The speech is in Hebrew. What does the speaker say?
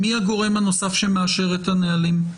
מי הגורם הנוסף שמאשר את הנהלים?